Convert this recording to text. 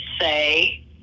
say